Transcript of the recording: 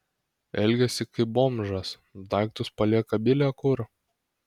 elgiasi kaip bomžas daiktus palieka bile kur